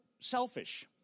selfish